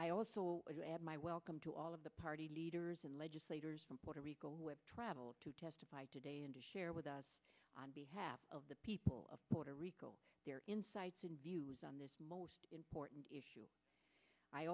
i also have my welcome to all of the party leaders and legislators from puerto rico with travel to testify today and to share with us on behalf of the people of puerto rico their insights and views on this most important issue i